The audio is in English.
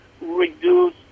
reduce